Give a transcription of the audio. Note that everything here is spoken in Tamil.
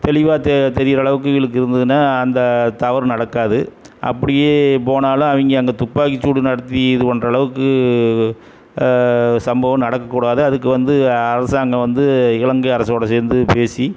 தெளிவாக தெ தெரிகிற அளவுக்கு இவிங்களுக்கு இருந்துதுன்னால் அந்த தவறு நடக்காது அப்படியே போனாலும் அவங்க அங்கே துப்பாக்கி சூடு நடத்தி இது பண்ணுற அளவுக்கு சம்பவம் நடக்கக்கூடாது அதுக்கு வந்து அரசாங்கம் வந்து இலங்கை அரசோட சேர்ந்து பேசி